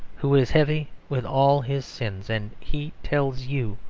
who is heavy with all his sins. and he tells you,